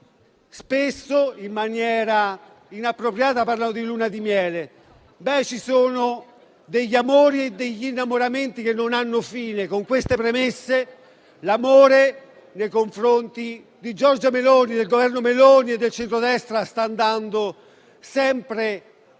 spesso in maniera inappropriata parlano di luna di miele. Beh, ci sono amori e innamoramenti che non hanno fine: con queste premesse, l'amore nei confronti di Giorgia Meloni, del Governo Meloni e del centrodestra sta andando avanti